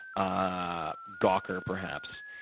ah gawker perhaps,